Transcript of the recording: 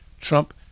Trump